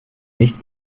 nicht